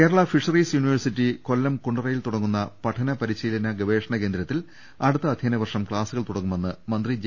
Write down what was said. Kerala fisheries university Kollam കുണ്ടറയിൽ തുടങ്ങുന്ന പഠന പരിശീലന ഗ്വേഷണ കേന്ദ്രത്തിൽ അടുത്ത അധ്യയനവർഷം ക്ലാസ്സുകൾ തുടങ്ങുമെന്ന് മന്ത്രി ജെ